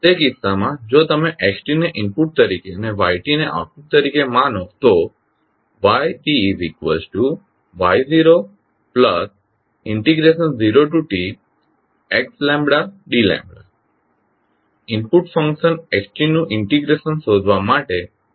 તે કિસ્સામાં જો તમે x ને ઇનપુટ તરીકે અને y ને આઉટપુટ તરીકે માનો તો yty00txdλ ઇનપુટ ફંક્શન xt નું ઇન્ટીગ્રેશન શોધવા માટે એ ડમી વેરિયેબલ છે